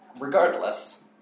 Regardless